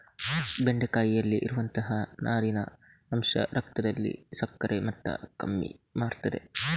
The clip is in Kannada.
ಬೆಂಡೆಕಾಯಿಯಲ್ಲಿ ಇರುವಂತಹ ನಾರಿನ ಅಂಶ ರಕ್ತದಲ್ಲಿನ ಸಕ್ಕರೆ ಮಟ್ಟ ಕಮ್ಮಿ ಮಾಡ್ತದೆ